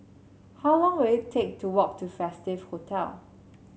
how long will it take to walk to Festive Hotel